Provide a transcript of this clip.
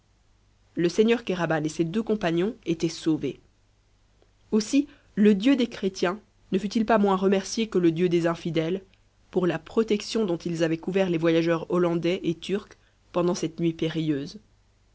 le seigneur kéraban et ses deux compagnons étaient sauvés aussi le dieu des chrétiens ne fut-il pas moins remercié que le dieu des infidèles pour la protection dont ils avaient couvert les voyageurs hollandais et turc pendant cette nuit périlleuse